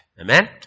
Amen